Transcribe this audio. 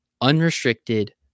unrestricted